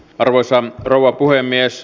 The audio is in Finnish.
arvoisa rouva puhemies